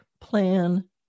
plan